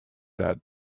that